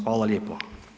Hvala lijepo.